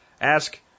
Ask